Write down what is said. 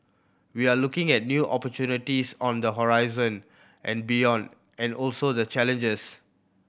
we are looking at new opportunities on the horizon and beyond and also the challenges